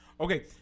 Okay